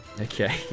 okay